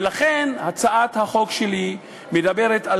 ולכן הצעת החוק שלי אומרת,